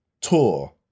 tour